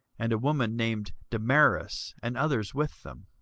and a woman named damaris, and others with them.